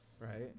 right